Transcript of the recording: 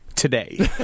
today